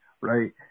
right